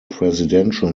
presidential